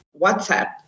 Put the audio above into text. WhatsApp